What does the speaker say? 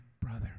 brother